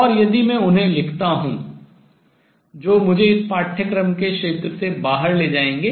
और यदि मैं उन्हें लिखता हूँ जो मुझे इस पाठ्यक्रम के क्षेत्र से बाहर ले जाएंगे